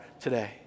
today